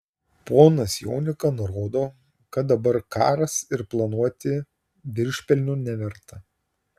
ponas jonika nurodo kad dabar karas ir planuoti viršpelnių neverta